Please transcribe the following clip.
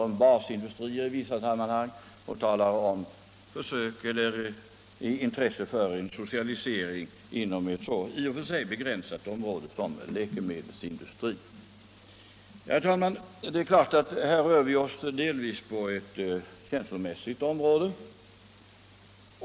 Vi skulle i vissa sammanhang tala om basindustrier och i andra sammanhang visa intresse för en socialisering inom ett så begränsat område som läkemedelsindustrins. Herr talman! Det är klart att vi här delvis rör oss med känslomässiga ting.